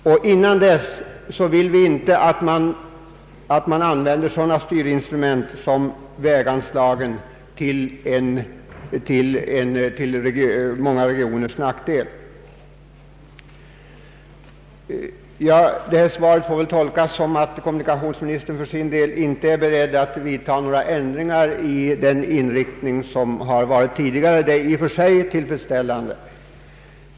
Dessförinnan vill vi inte att man använder sådana styrinstrument som väganslagen till många regioners nackdel. Svaret får väl tolkas så, att kommunikationsministern för sin del inte är beredd att ändra hittillsvarande inriktning. Det är i och för sig tillfredsställande.